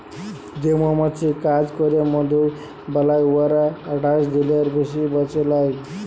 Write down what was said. যে মমাছি কাজ ক্যইরে মধু বালাই উয়ারা আঠাশ দিলের বেশি বাঁচে লায়